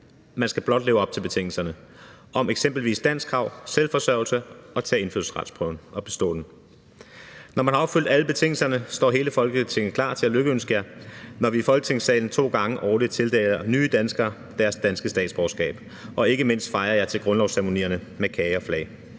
man skal blot leve op til betingelserne om eksempelvis danskkrav, selvforsørgelse og tage indfødsretsprøven og bestå den. Når de har opfyldt alle betingelserne, står hele Folketinget klar til at lykønske dem, når vi i Folketingssalen to gange årligt tildeler nye danskere deres danske statsborgerskab og ikke mindst fejrer dem til grundlovsceremonierne med kage og flag.